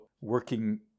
working